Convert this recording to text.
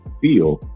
feel